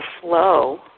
flow